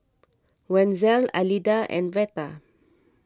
Wenzel Alida and Veta